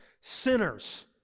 sinners